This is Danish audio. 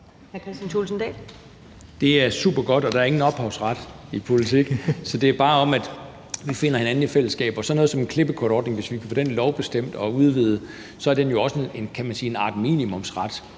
Det er super godt, og der er ingen ophavsret i politik, så det er bare om, at vi finder hinanden i fællesskab. Og hvis vi kunne få sådan noget som klippekortordningen lovbestemt og udvidet, så er den jo også, kan man sige,